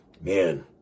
man